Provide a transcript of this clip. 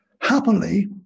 Happily